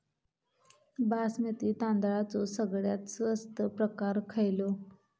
बासमती तांदळाचो सगळ्यात स्वस्त प्रकार खयलो?